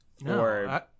No